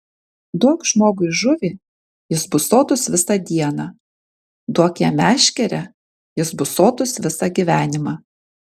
duok žmogui žuvį jis bus sotus visą dieną duok jam meškerę jis bus sotus visą gyvenimą